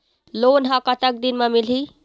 Loan ह कतक दिन मा मिलही?